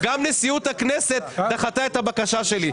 גם נשיאות הכנסת דחתה את הבקשה שלי.